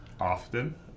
Often